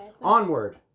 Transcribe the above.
onward